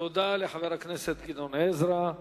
תודה לחבר הכנסת גדעון עזרא.